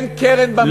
אין קרן במדינה הזאת,